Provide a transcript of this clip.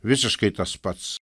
visiškai tas pats